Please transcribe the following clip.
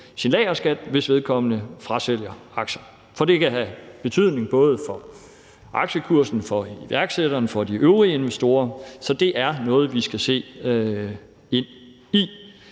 sin lagerskat, hvis vedkommende frasælger aktier, for det kan have betydning både for aktiekursen, for iværksætteren og for de øvrige investorer. Så det er noget, vi skal se på.